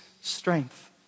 strength